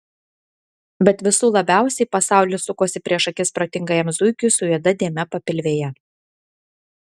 bet visų labiausiai pasaulis sukosi prieš akis protingajam zuikiui su juoda dėme papilvėje